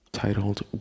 Titled